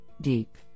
Deep